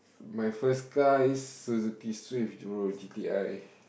my first car is Suzuki-Swift bro G_T_I